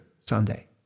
Sunday